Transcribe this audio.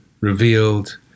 revealed